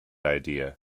idea